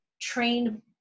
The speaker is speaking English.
trained